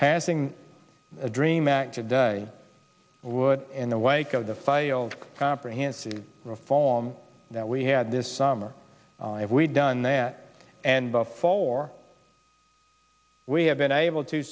passing a dream act today would in the wake of the failed comprehensive reform that we had this summer have we done that and before we have been able to